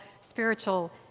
spiritual